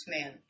man